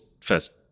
first